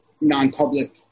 non-public